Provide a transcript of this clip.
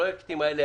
בפרויקטים האלה